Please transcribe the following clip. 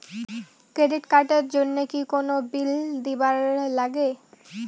Credit card এর জন্যে কি কোনো বিল দিবার লাগে?